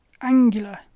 angular